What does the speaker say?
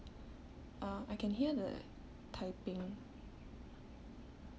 uh I can hear the typing